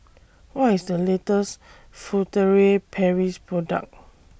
What IS The latest Furtere Paris Product